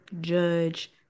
judge